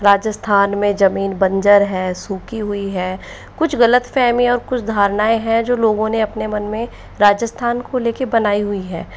राजस्थान में ज़मीन बंजर है सूखी हुई है कुछ गलतफ़हमियाँ और कुछ धारणाएँ हैं जो लोगों ने अपने मन में राजस्थान को लेके बनाई हुई हैं